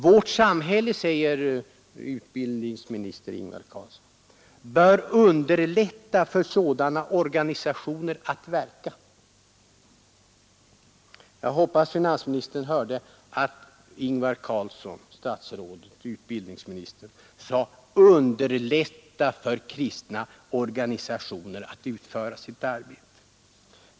Vårt samhälle, säger utbildningsministern, bör underlätta för sådana organisationer att verka. Jag hoppas att finansministern hörde att Ingvar Carlsson, statsråd och utbildningsminister, sade: underlätta för kristna organisationer att utföra sitt arbete.